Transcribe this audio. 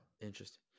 Interesting